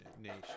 nation